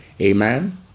Amen